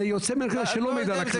זה יוצא מהכלל שלא מעיד על הכלל.